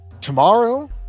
tomorrow